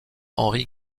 henri